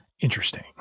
interesting